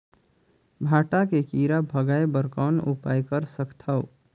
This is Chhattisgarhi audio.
भांटा के कीरा भगाय बर कौन उपाय कर सकथव?